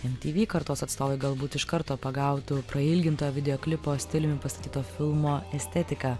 mtv kartos atstovai galbūt iš karto pagautų prailginto videoklipo stiliumi pastatyto filmo estetiką